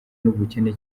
n’ubukene